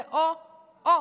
זה או-או: